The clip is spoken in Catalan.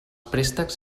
préstecs